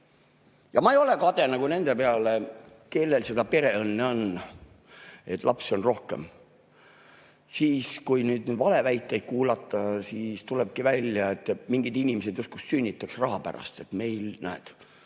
Ma ei ole kade nende peale, kellel seda pereõnne on, et lapsi on rohkem. Kui nüüd neid valeväiteid kuulata, siis tulebki välja, et mingid inimesed justkui sünnitaks raha pärast, et meil, näed,